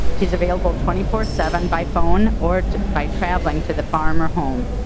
he's available twenty four seven by phone or by traveling to the farmer home.